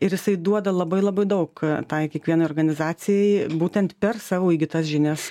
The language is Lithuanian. ir jisai duoda labai labai daug tai kiekvienai organizacijai būtent per savo įgytas žinias